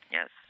yes